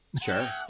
Sure